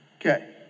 Okay